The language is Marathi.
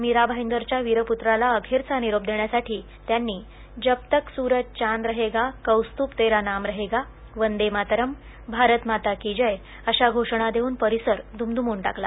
मीरा भाईंदरच्या वीर प्त्राला अखेरचा निरोप देण्यासाठी त्यांनी जब तक सूरजचांद रहेगा कौस्तुभ तेरा नाम रहेगा बंदे मातरम भारत माता की जब अशा घोषणा देऊन परिसर दुमदुमुन टाकला